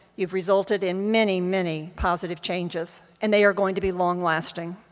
you've resulted in many, many positive changes and they are going to be long lasting.